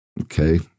Okay